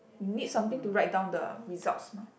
you need something to write down the results mah